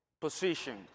position